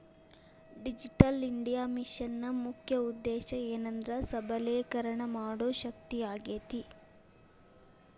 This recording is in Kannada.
ಡಿಜಿಟಲ್ ಇಂಡಿಯಾ ಮಿಷನ್ನ ಮುಖ್ಯ ಉದ್ದೇಶ ಏನೆಂದ್ರ ಸಬಲೇಕರಣ ಮಾಡೋ ಶಕ್ತಿಯಾಗೇತಿ